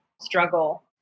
struggle